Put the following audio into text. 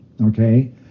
Okay